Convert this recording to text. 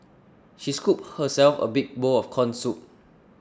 she scooped herself a big bowl of Corn Soup